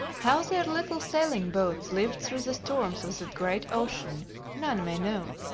how their little sailing boats lived through the storms of that great ocean none may know,